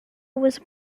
was